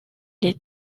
les